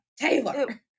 Taylor